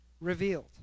revealed